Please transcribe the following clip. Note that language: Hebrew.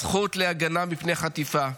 הזכות להגנה מפני חטיפה.